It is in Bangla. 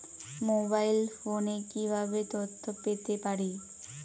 মোবাইল ফোনে কিভাবে তথ্য পেতে পারি?